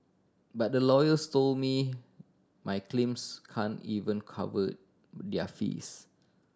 but the lawyers told me my claims can't even cover their fees